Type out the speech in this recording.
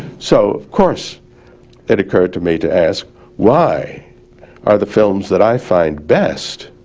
so of course it occurred to me to ask why are the films that i find best